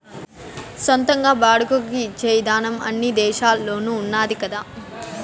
సొంతంగా బాడుగకు ఇచ్చే ఇదానం అన్ని దేశాల్లోనూ ఉన్నాది కదా